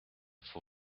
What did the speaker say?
for